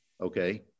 Okay